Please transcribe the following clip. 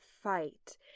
fight